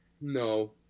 No